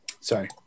Sorry